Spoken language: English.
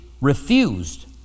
refused